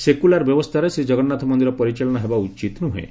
secular ବ୍ୟବସ୍ରାରେ Shri Jagannath ମନ୍ଦିର ପରିଚାଳନା ହେବା ଉଚିତ ନୁହେଁ